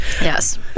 yes